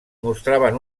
mostraven